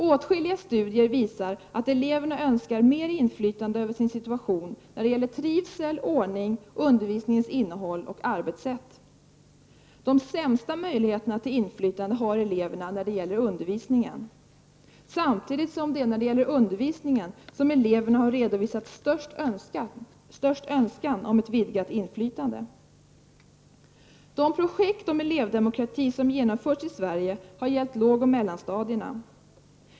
Åtskilliga studier visar att eleverna önskar mer inflytande över sin situation, såväl när det gäller trivsel, ordning och undervisningens innehåll som i fråga om arbetssätt. De sämsta möjligheterna till inflytande har eleverna vad gäller undervisningen. Det är samtidigt här som eleverna har redovisat störst önskan om ett vidgat inflytande. De projekt om elevdemokrati som genomförts i Sverige har gällt lågoch mellanstadierna.